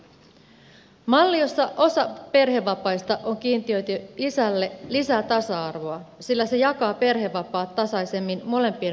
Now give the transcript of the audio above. malli jossa osa perhevapaista on kiintiöity isälle lisää tasa arvoa sillä se jakaa perhevapaat tasaisemmin molempien vanhempien kesken